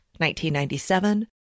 1997